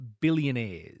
billionaires